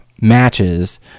matches